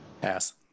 Pass